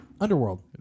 underworld